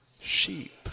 Sheep